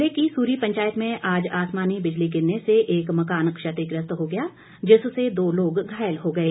जिले की सूरी पंचायत में आज आसमानी बिजली गिरने से एक मकान क्षतिग्रस्त हो गया जिससे दो लोग घाायल हो गए